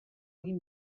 egin